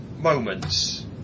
moments